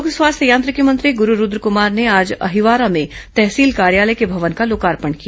लोक स्वास्थ्य यांत्रिकी मंत्री गुरू रूद्रकुमार ने आज अहिवारा में तहसील कार्यालय के भवन का लोकार्पण किया